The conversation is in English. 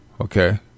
Okay